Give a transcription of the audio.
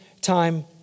time